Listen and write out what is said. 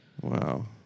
Wow